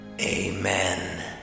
Amen